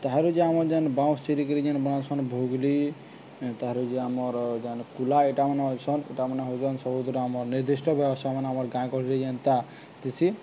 ତାହାରେ ଯେ ଆମର ଯେନ୍ ବାଉଁଶ ଚିରିିକିରି ଯେନ୍ ବନାସନ୍ ଭୁଗୁଲି ତାହର୍ ଯେନ୍ ଆମର ଯେନ୍ କୁଲା ଏଇଟାମାନେ ବନାସନ୍ ଏଟାମାନେ ହଉଛନ୍ ସବୁଥିରେ ଆମର ନିର୍ଦ୍ଧିଷ୍ଟ ବ୍ୟବସାୟମାନେ ଆମର ଗାଁ ଗହଳିରେ ଯେନ୍ତା ଥିସି